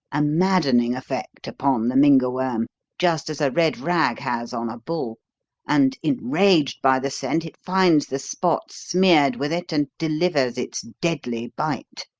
a maddening effect upon the mynga worm just as a red rag has on a bull and, enraged by the scent, it finds the spot smeared with it and delivers its deadly bite.